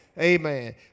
Amen